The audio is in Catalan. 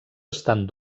estan